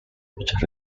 which